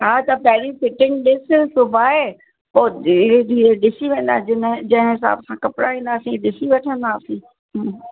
हा त पहिरीं फिटिंग ॾिसु सिबाए पोइ धीरे धीरे ॾिसी वेंदा जिन जंहिं हिसाब सां कपिड़ा ॾींदासीं ॾिसी वठंदासीं